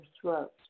throat